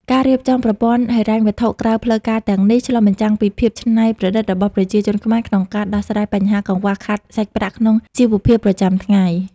ការរៀបចំប្រព័ន្ធហិរញ្ញវត្ថុក្រៅផ្លូវការទាំងនេះ ឆ្លុះបញ្ចាំងពីភាពច្នៃប្រឌិតរបស់ប្រជាជនខ្មែរក្នុងការដោះស្រាយបញ្ហាកង្វះខាតសាច់ប្រាក់ក្នុងជីវភាពប្រចាំថ្ងៃ។